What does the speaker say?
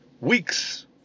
weeks